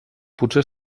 potser